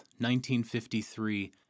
1953